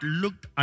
looked